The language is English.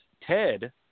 Ted